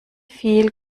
viel